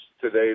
today